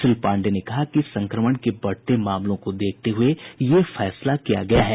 श्री पांडेय ने कहा कि संक्रमण के बढ़ते मामलों को देखते हुए यह फैसला किया गया है